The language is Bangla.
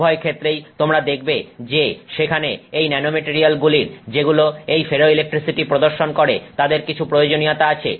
উভয়ক্ষেত্রেই তোমরা দেখবে যে সেখানে এই ন্যানোমেটারিয়ালগুলির যেগুলো এই ফেরোইলেকট্রিসিটি প্রদর্শন করে তাদের কিছু প্রয়োজনীয়তা আছে